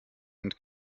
und